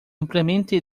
ampliamente